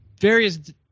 various